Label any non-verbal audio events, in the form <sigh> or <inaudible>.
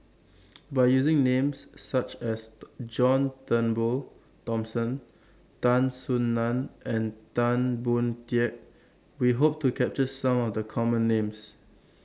By using Names such as <noise> John Turnbull Thomson Tan Soo NAN and Tan Boon Teik We Hope to capture Some of The Common Names